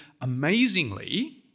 amazingly